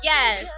Yes